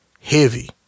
Heavy